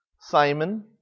Simon